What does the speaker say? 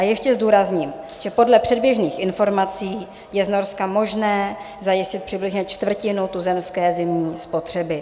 Ještě zdůrazním, že podle předběžných informací je z Norska možné zajistit přibližně čtvrtinu tuzemské zimní spotřeby.